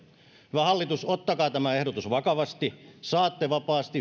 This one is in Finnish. hyvä hallitus ottakaa tämä ehdotus vakavasti saatte vapaasti